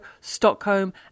Stockholm